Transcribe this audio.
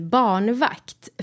barnvakt